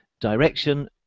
direction